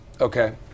Okay